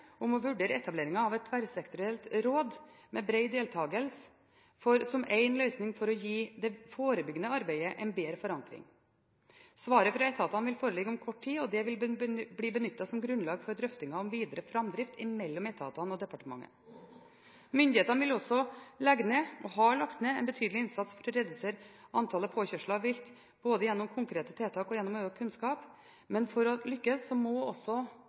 om å vurdere etableringen av et tverrsektorielt råd med bred deltakelse som en løsning for å gi det forebyggende arbeidet en bedre forankring. Svaret fra etatene vil foreligge om kort tid, og dette vil bli benyttet som grunnlag for drøftinger om videre framdrift mellom etatene og departementet. Myndighetene vil også legge ned – og har lagt ned – en betydelig innsats for å redusere antallet påkjørsler av vilt, både gjennom konkrete tiltak og ved å øke kunnskapen. For å lykkes tror jeg det er nødvendig at også